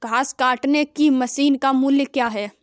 घास काटने की मशीन का मूल्य क्या है?